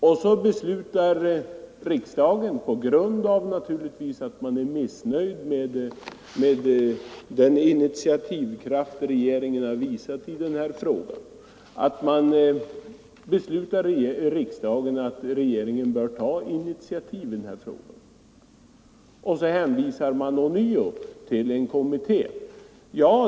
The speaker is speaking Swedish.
När så riksdagen på grund av missnöje med den brist på handlingskraft regeringen har visat beslutar att regeringen bör ta initiativ i denna fråga och regeringen ånyo hänvisar till en kommitté, kan man bli misstänksam.